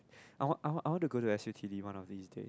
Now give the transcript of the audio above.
I want I want I want to go to S_U_T_D one of these days